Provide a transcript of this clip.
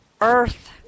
earth